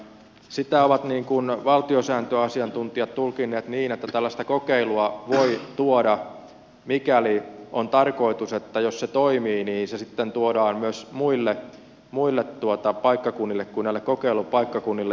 sitä ovat valtiosääntöasiantuntijat tulkinneet niin että tällaista kokeilua voi tuoda mikäli on tarkoitus että jos se toimii niin se sitten tuodaan myös muille paikkakunnille kuin näille kokeilupaikkakunnille